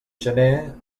gener